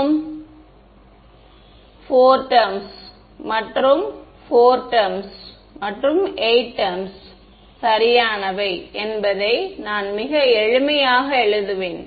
எனவே எத்தனை 4 டெர்ம்ஸ் மற்றும் 4 டெர்ம்ஸ் 8 டெர்ம்ஸ் சரியானவை என்பதை நான் மிக எளிமையாக எழுதுவேன்